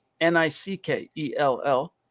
N-I-C-K-E-L-L